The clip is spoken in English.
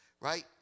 right